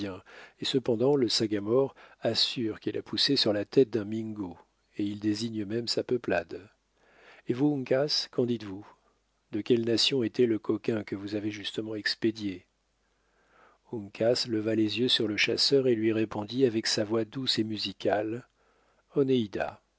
et cependant le sagamore assure qu'elle a poussé sur la tête d'un mingo et il désigne même sa peuplade et vous uncas qu'en dites-vous de quelle nation était le coquin que vous avez justement expédié uncas leva les yeux sur le chasseur et lui répondit avec sa voix douce et musicale